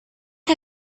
que